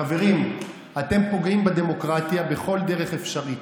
חברים, אתם פוגעים בדמוקרטיה בכל דרך אפשרית.